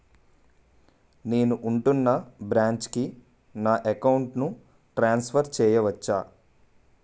నేను ఉంటున్న బ్రాంచికి నా అకౌంట్ ను ట్రాన్సఫర్ చేయవచ్చా?